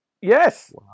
Yes